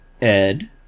Ed